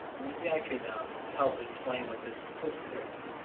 maybe i can help explain what this poker